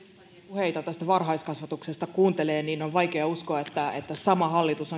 puheita tästä varhaiskasvatuksesta kuuntelee niin on vaikea uskoa että että sama hallitus